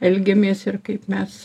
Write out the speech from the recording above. elgiamės ir kaip mes